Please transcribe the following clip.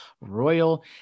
royal